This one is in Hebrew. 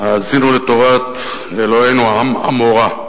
האזינו תורת אלוהינו עם עמורה.